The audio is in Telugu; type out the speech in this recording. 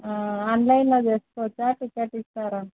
ఆన్లైన్లో చేసుకోవచ్చా టిక్కెట్ ఇస్తారా